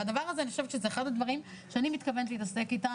והדבר הזה אני חושבת שזה אחד הדברים שאני מתכוונת להתעסק איתם